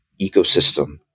ecosystem